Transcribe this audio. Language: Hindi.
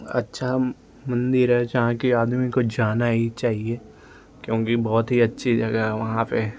अच्छा मन्दिर है जहाँ कि आदमी को जाना ही चाहिए क्योंकि बहुत ही अच्छी जगह है वहाँ पर